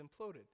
imploded